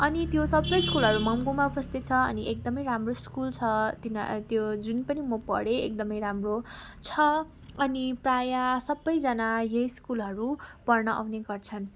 अनि त्यो सपै स्कुलहरू मङ्पुमा उपस्थित छ अनि एकदमै राम्रो स्कुल छ त्यो जुन पनि म पढेँ एकदमै राम्रो छ अनि प्राय सपैजाना यही स्कुलहरू पढ्न आउने गर्छन्